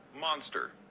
Monster